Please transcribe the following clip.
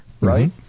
right